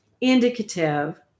indicative